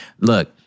Look